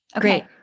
Great